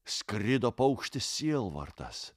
skrido paukštis sielvartas